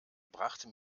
brachte